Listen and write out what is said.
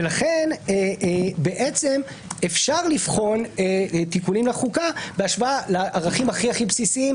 ולכן אפשר לבחון תיקונים לחוקה בהשוואה לערכים הכי בסיסיים